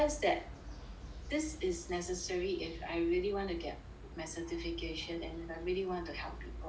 this is necessary if I really want to get my certification and if I really wanted to help people